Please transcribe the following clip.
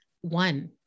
one